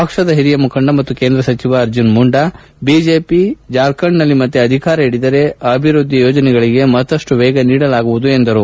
ಪಕ್ಷದ ಹಿರಿಯ ಮುಖಂಡ ಮತ್ತು ಕೇಂದ್ರ ಸಚಿವ ಅರ್ಜುನ್ ಮುಂಡಾ ಬಿಜೆಪಿ ಜಾರ್ಖಂಡ್ನಲ್ಲಿ ಮತ್ತೆ ಅಧಿಕಾರ ಹಿಡಿದರೆ ಅಭಿವೃದ್ದಿ ಯೋಜನೆಗಳಿಗೆ ಮತ್ತಷ್ಟು ವೇಗ ನೀಡಲಾಗುವುದೆಂದು ಹೇಳಿದರು